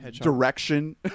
Direction